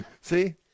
See